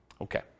Okay